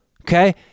Okay